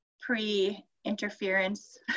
pre-interference